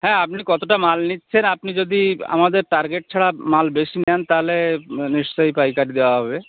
হ্যাঁ আপনি কতটা মাল নিচ্ছেন আপনি যদি আমাদের টার্গেট ছাড়া মাল বেশি নেন তাহলে নিশ্চয়ই কয় কাট দেওয়া হবে